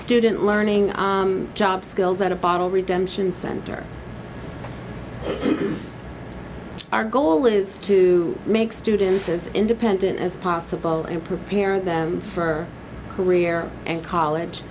student learning job skills and a bottle redemption center our goal is to make students as independent as possible and prepare them for career and college